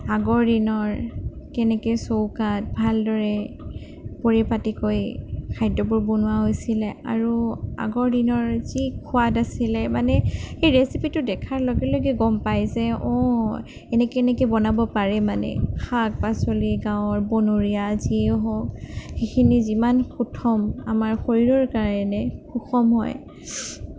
আগৰ দিনৰ কেনেকৈ চৌকাত ভালদৰে পৰিপাটিকৈ খাদ্যবোৰ বনোৱা হৈছিলে আৰু আগৰ দিনৰ যি সোৱাদ আছিলে মানে সেই ৰেচিপিটো দেখাৰ লগে লগে গম পাই যে অঁ এনেকৈ এনেকৈ বনাব পাৰি মানে শাক পাচলি গাঁৱৰ বনৰীয়া যিয়েই হওঁক সেইখিনি যিমান সুষম আমাৰ শৰীৰৰ কাৰণে সুষম হয়